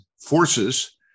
forces